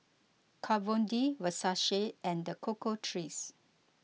Kat Von D Versace and the Cocoa Trees